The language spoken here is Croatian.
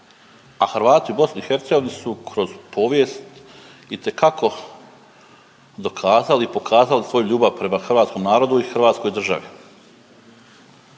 A Hrvati u BiH su kroz povijest itekako dokazali i pokazali svoju ljubav prema hrvatskom narodu i hrvatskoj državi,